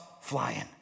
flying